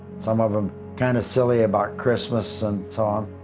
some of em kind of silly about christmas and so on,